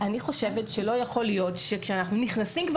אני חושבת שלא יכול להיות שכשאנחנו נכנסים כבר